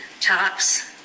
tops